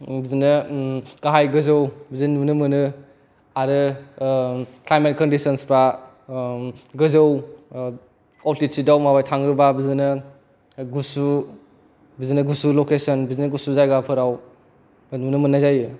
बिदिनो गाहाय गोजौ बिदिनो नुनो मोनो आरो क्लाइमेड कण्डिसन्स फ्रा गोजौ अलटिटिद याव माबा थाङोबा बिदिनो गुसु बिदिनो गुसु लकेसन बिदिनो गुसु जायगाफोराव नुनो मोन्नाय जायो